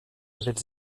nouvelle